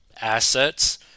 assets